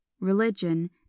religion